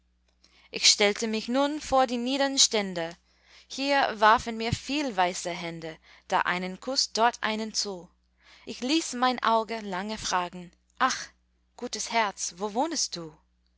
ich stellte mich nun vor die niedern stände hier warfen mir viel weiße hände da einen kuß dort einen zu ich ließ mein auge lange fragen ach gutes herz wo wohnest du